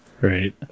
Right